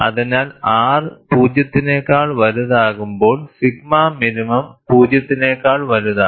അതിനാൽ R 0 നെക്കാൾ വലുതാകുമ്പോൾ സിഗ്മ മിനിമം 0 നേക്കാൾ വലുതാണ്